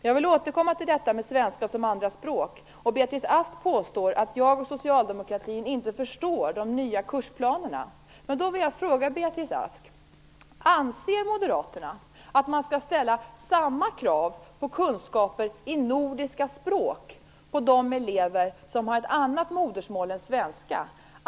Jag vill återkomma till ämnet svenska som andra språk. Beatrice Ask påstår att jag och socialdemokratin inte förstår de nya kursplanerna. Jag vill fråga Beatrice Ask om ifall Moderaterna anser att man skall ställa samma krav på kunskaper i nordiska språk hos de elever som har ett annat modersmål än svenska.